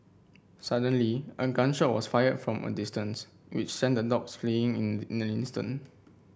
suddenly a gun shot was fired from a distance which sent the dogs fleeing in in an instant